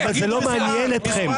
אבל זה לא מעניין אתכם.